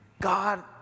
God